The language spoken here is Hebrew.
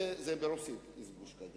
זה ברוסית, איזבושקה,